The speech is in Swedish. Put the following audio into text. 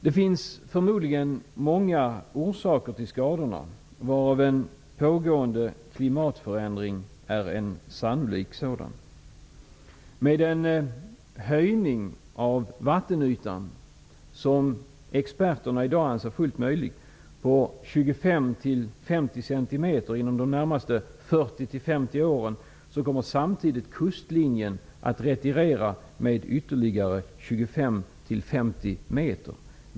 Det finns förmodligen många orsaker till skadorna, och en pågående klimatförändring är sannolikt en av dem. Med en höjning av vattenytan, som experterna i dag anser fullt möjlig, på 25 till 50 cm inom de närmaste 40 till 50 åren kommer samtidigt kustlinjen att retirera med ytterligare 25 till 50 meter.